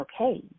okay